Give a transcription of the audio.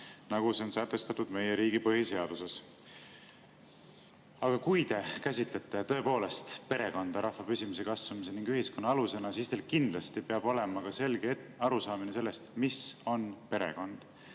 nagu see on sätestatud meie riigi põhiseaduses. Aga kui te käsitlete perekonda tõepoolest rahva püsimise ja kasvamise ning ühiskonna alusena, siis teil peab kindlasti olema ka selge arusaamine sellest, mis on perekond.